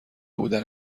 بودن